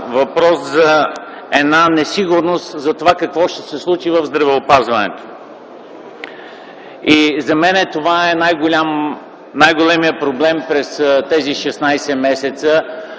въпрос на една несигурност за това, какво ще се случи в здравеопазването. За мен това е най-големият проблем през тези 16 месеца